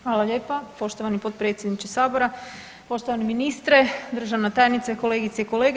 Hvala lijepa poštovani potpredsjedniče sabora, poštovani ministre, državna tajnice, kolegice i kolege.